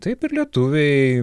taip ir lietuviai